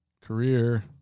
Career